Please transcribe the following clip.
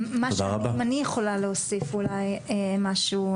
אם אני יכולה להוסיף אולי משהו,